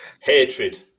Hatred